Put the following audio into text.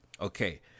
Okay